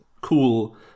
cool